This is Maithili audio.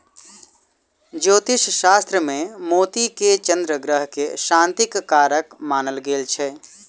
ज्योतिष शास्त्र मे मोती के चन्द्र ग्रह के शांतिक कारक मानल गेल छै